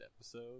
episode